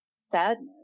sadness